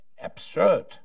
absurd